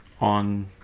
on